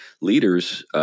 leaders